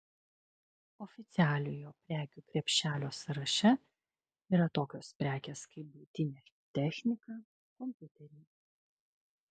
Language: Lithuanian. oficialiojo prekių krepšelio sąraše yra tokios prekės kaip buitinė technika kompiuteriai